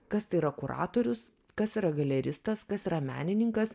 kas tai yra kuratorius kas yra galeristas kas yra menininkas